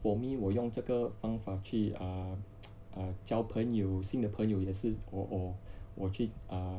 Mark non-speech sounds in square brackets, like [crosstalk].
for me 我用这个方法去 uh [noise] err 交朋友新的的朋友也是 or or 我去